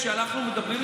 כשאנחנו מדברים,